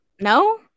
No